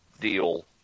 deal